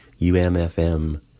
UMFM